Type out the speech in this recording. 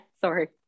Sorry